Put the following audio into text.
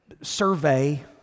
survey